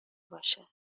باشه